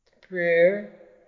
prayer